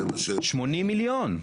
80 מיליון.